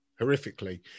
horrifically